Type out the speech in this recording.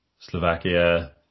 Slovakia